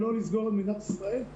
ולא לסגור את מדינת ישראל,